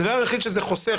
הדבר היחיד שזה חוסך,